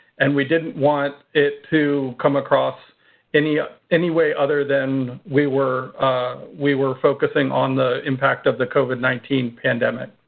and we didn't want it to come across any ah any way other than we were we were focusing on the impact of the covid nineteen pandemic.